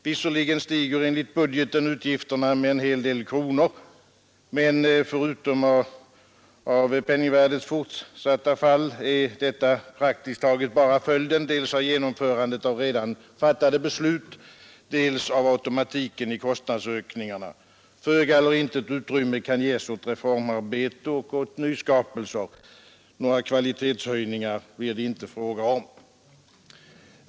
Visserligen stiger enligt budgeten utgifterna en hel del i kronor, men förutom av penningvärdets fortsatta fall är praktiskt taget detta bara följden dels av genomförandet av redan fattade beslut, dels av automatiken i kostnadsökningarna. Föga eller intet utrymme kan ges åt reformarbete eller nyskapelser. Några kvalitetshöjningar blir det inte fråga om.